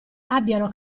abbiano